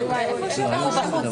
שזה מאוד בעייתי.